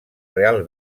real